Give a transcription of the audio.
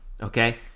okay